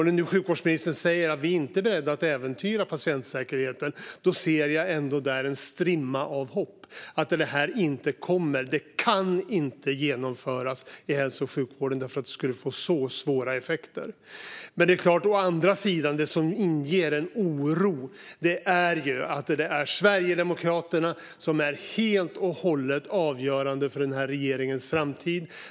När sjukvårdsministern nu säger att man inte är beredd att äventyra patientsäkerheten ser jag ändå en strimma av hopp om att detta inte kommer. Detta kan inte genomföras i hälso och sjukvården, för det skulle få så svåra effekter. Men det som å andra sidan inger oro är att det är Sverigedemokraterna som är helt och hållet avgörande för den här regeringens framtid.